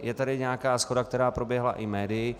Je tady nějaká shoda, která proběhla i médii.